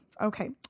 okay